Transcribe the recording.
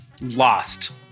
lost